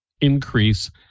increase